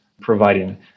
providing